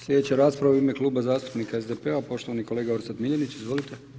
Slijedeća rasprava u ime Kluba zastupnika SDP-a, poštovani kolega Orsat Miljenić, izvolite.